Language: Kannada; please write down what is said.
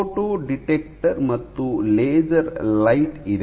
ಫೋಟೋ ಡಿಟೆಕ್ಟರ್ ಮತ್ತು ಲೇಸರ್ ಲೈಟ್ ಇದೆ